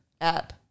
app